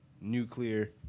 nuclear